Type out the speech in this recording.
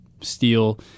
steel